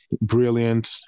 brilliant